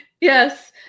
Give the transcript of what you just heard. Yes